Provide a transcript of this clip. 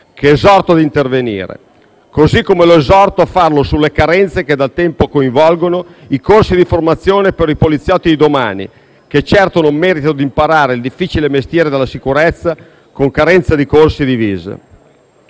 che esorto a intervenire. Allo stesso modo, esorto l'Esecutivo in merito alle carenze che da tempo coinvolgono i corsi di formazione per i poliziotti di domani, che certo non meritano di imparare il difficile mestiere della sicurezza con carenze di corsi e divise.